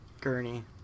gurney